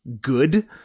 good